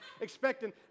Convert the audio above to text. expecting